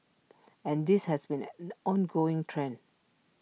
and this has been an an ongoing trend